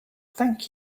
thank